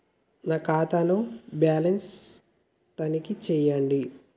నా ఖాతా ను బ్యాలన్స్ తనిఖీ చేయండి?